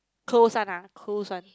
close one ah close one